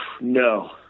No